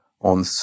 on